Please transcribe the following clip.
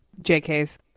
JK's